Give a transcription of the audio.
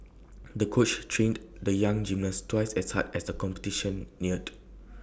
the coach trained the young gymnast twice as hard as the competition neared